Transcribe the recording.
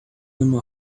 him